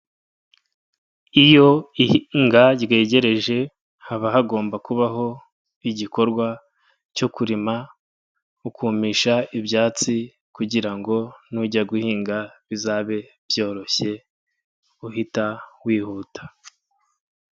Iyo ihinga ryegereje haba hagomba kubaho igikorwa cyo kurima, ukumisha ibyatsi kugira ngo nujya guhinga bizabe byoroshye uhita wihuta.